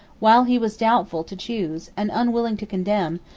while he was doubtful to choose, and unwilling to condemn,